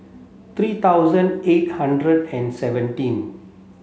three thousand eight hundred and seventeen